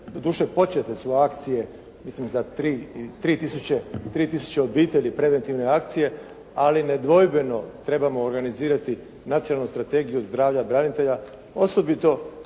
Doduše početne su akcije, mislim za 3 tisuće obitelji preventivne akcije, ali nedvojbeno trebamo organizirati Nacionalnu strategiju zdravlja branitelja, osobito